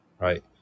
right